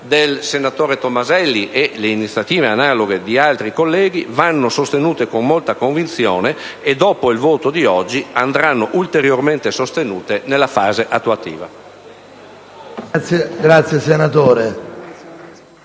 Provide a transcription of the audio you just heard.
del senatore Tomaselli e le iniziative analoghe di altri colleghi vanno sostenute con molta convinzione e dopo il voto di oggi andranno ulteriormente sostenute nella fase attuativa. *(Applausi dal